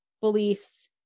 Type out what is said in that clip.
beliefs